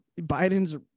biden's